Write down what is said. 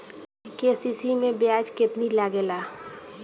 KCC मै ब्याज केतनि लागेला?